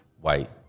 White